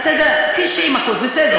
טלי, אני מצטער, באמת.